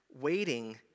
Waiting